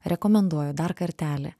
rekomenduoju dar kartelį